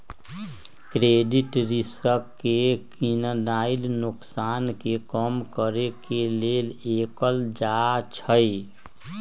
credit risk के गीणनाइ नोकसान के कम करेके लेल कएल जाइ छइ